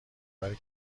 کاری